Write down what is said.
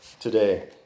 today